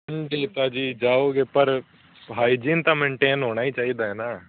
ਜੀ ਜਾਓਗੇ ਪਰ ਹਾਈਜੀਨ ਤਾਂ ਮੇਨਟੇਨ ਹੋਣਾ ਹੀ ਚਾਹੀਦਾ ਨਾ